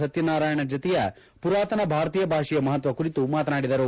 ಸತ್ಯನಾರಾಯಣ ಜತಿಯಾ ಮರಾತನ ಭಾರತೀಯ ಭಾಷೆಯ ಮಹತ್ವ ಕುರಿತು ಮಾತನಾಡಿದರು